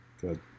Good